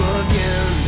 again